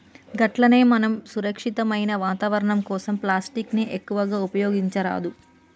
గట్లనే మనం సురక్షితమైన వాతావరణం కోసం ప్లాస్టిక్ ని ఎక్కువగా ఉపయోగించరాదు